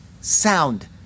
sound